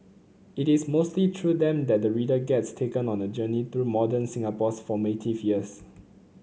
it is mostly through them that the reader gets taken on a journey through modern Singapore's formative years